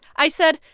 i said,